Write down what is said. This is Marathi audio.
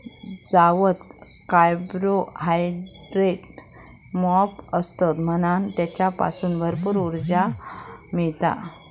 जवात कार्बोहायड्रेट मोप असतत म्हणान तेच्यासून भरपूर उर्जा मिळता